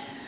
mutta